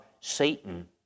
Satan